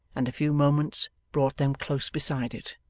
and a few moments brought them close beside it.